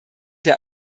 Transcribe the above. der